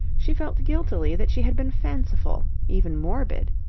she felt guiltily that she had been fanciful, even morbid.